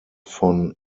von